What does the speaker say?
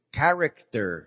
character